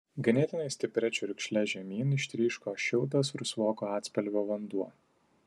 ganėtinai stipria čiurkšle žemyn ištryško šiltas rusvoko atspalvio vanduo